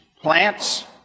Plants